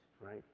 right